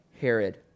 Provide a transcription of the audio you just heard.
Herod